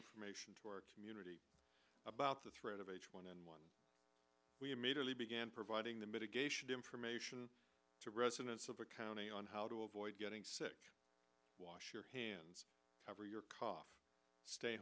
information to our community about the threat of h one n one we immediately began providing the mitigation information to residents of the county on how to avoid getting sick wash your hands cover your cough stay